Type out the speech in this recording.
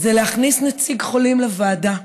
זה להכניס נציג חולים לוועדה.